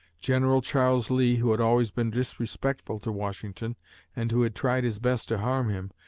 general charles lee, who had always been disrespectful to washington and who had tried his best to harm him,